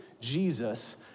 Jesus